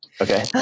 Okay